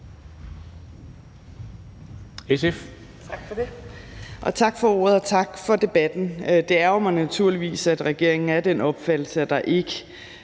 Tak for ordet,